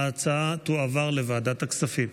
ההצעה תועבר לוועדת הכספים.